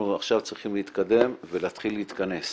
עכשיו צריכים להתקדם ולהתחיל להתכנס